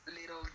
little